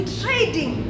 trading